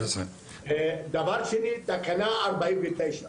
דבר שני, תקנה 49,